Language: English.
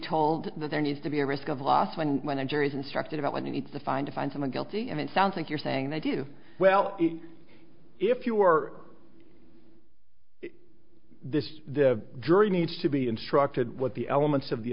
told that there needs to be a risk of loss when when a jury is instructed about when you need to find to find someone guilty and it sounds like you're saying they do well if you are this the jury needs to be instructed what the elements of the